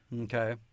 okay